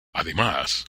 además